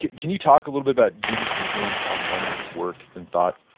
can you talk a little bit about jung's influence on london's work and thought?